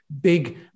big